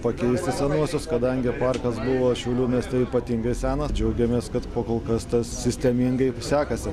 pakeisti senuosius kadangi parkas buvo šiaulių mieste ypatingai senas džiaugiamės kad pakol kas tas sistemingai sekasi